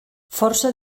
força